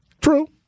True